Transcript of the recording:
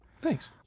thanks